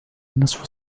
النصف